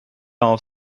auf